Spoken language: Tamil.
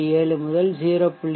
7 முதல் 0